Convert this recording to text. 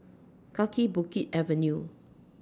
Kaki Bukit Avenue